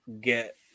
get